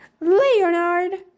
Leonard